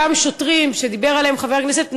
אותם שוטרים שדיבר עליהם חבר הכנסת נגוסה,